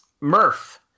Murph